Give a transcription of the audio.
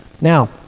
Now